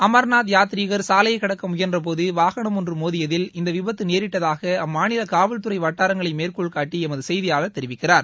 அமர்நாத் யாத்ரீகள் சாலையை கடக்க முயன்ற போது வாகனம் ஒன்று மோதியதில் இந்த விபத்து நேரிட்டதாக அம்மாநில காவல்துறை வட்டாரங்களை மேற்கோள்காட்டி எமது செய்தியாளர் தெரிவிக்கிறார்